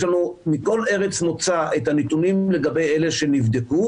יש לנו מכל ארץ מוצא את הנתונים לגבי אלה שנבדקו